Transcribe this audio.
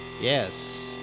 Yes